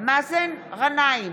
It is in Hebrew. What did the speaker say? מאזן גנאים,